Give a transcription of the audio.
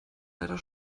leider